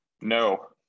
No